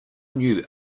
new